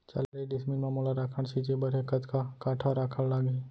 चालीस डिसमिल म मोला राखड़ छिंचे बर हे कतका काठा राखड़ लागही?